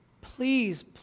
Please